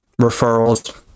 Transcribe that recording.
referrals